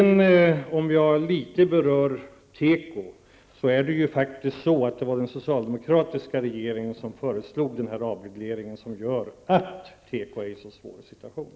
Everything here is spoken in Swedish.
När det gäller teko vill jag framhålla att det faktiskt var den socialdemokratiska regeringen som föreslog den avreglering som gör att teko befinner sig i en så svår situation.